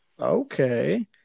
Okay